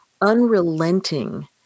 unrelenting